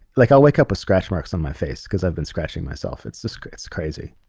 like i'll wake up a scratch marks on my face because i've been scratching myself. it's the script's crazy